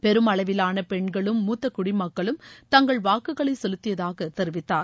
பெருமளவிலான பெண்களும் டுடிமக்களும் தங்கள் வாக்குகளை செலுத்தியதாக முத்த தெரிவித்தார்